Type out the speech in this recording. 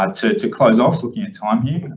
um to to close off looking at time here,